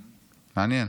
מעניין.